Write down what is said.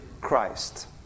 Christ